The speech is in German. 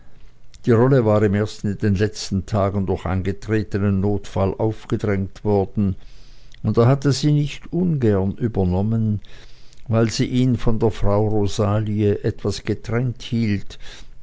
die rolle war ihm erst in den letzten tagen durch eingetretenen notfall aufgedrängt worden und er hatte sie nicht ungern übernommen weil sie ihn von der frau rosalie etwas getrennt hielt